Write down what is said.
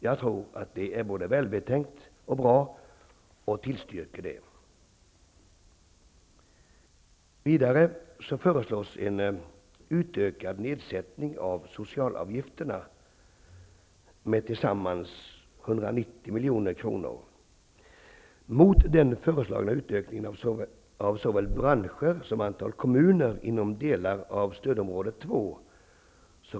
Jag tror att det är både välbetänkt och bra, och jag tillstyrker det. Vidare föreslås en utökad nedsättning av socialavgifterna med tillsammans 190 milj.kr. Socialdemokraterna reserverar sig mot den föreslagna utökningen av såväl branscher som antal kommuner i delar av stödområde 2.